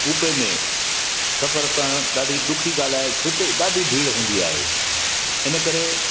कूबे में सफ़र करणु ॾाढी ॾुखी ॻाल्हि आहे छोकी ॾाढी भीड़ हूंदी आहे हिन करे